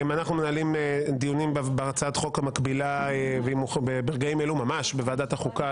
אנחנו מנהלים דיונים ברגעים אלו ממש בוועדת החוקה